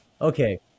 Okay